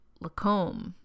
Lacombe